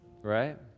right